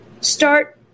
Start